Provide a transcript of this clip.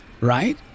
right